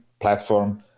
platform